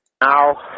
Now